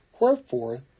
wherefore